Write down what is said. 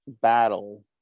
battle